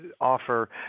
offer